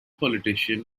politician